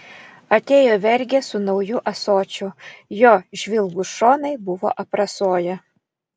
atėjo vergė su nauju ąsočiu jo žvilgūs šonai buvo aprasoję